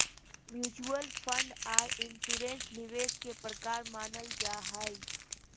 mutual fund आर insurance निवेश के प्रकार मानल जा हय